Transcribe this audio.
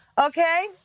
Okay